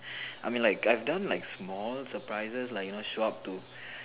I mean like I've done like small surprises like you know show up to